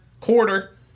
quarter